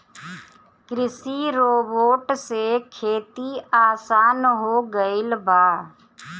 कृषि रोबोट से खेती आसान हो गइल बा